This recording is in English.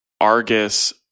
Argus